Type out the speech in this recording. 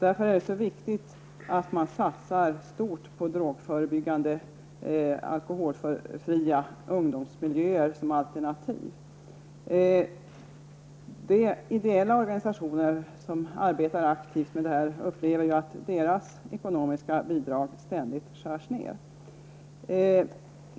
Det är därför viktigt att man satsar stort på drogförebyggande åtgärder och alkoholfria ungdomsmiljöer som alternativ. De idéella organisationer som arbetar aktivt med detta upplever att deras ekonomiska bidrag ständigt skärs ned.